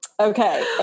Okay